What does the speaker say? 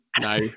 No